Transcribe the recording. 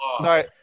Sorry